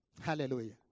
Hallelujah